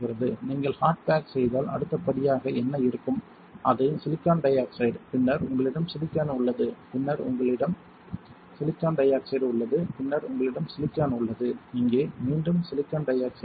நீங்கள் hard bake செய்தால் அடுத்த படியாக என்ன இருக்கும் அது சிலிக்கான் டை ஆக்சைடு பின்னர் உங்களிடம் சிலிக்கான் உள்ளது பின்னர் உங்களிடம் சிலிக்கான் டை ஆக்சைடு உள்ளது பின்னர் உங்களிடம் சிலிக்கான் உள்ளது இங்கே மீண்டும் சிலிக்கான் டை ஆக்சைடு உள்ளது